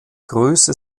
größe